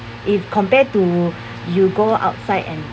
if compare to you go outside and